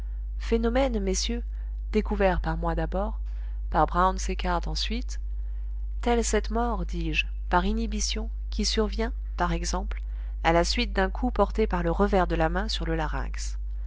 inhibition phénomène messieurs découvert par moi d'abord par brown séquard ensuite telle cette mort dis-je par inhibition qui survient par exemple à la suite d'un coup porté par le revers de la main sur le larynx